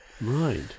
Right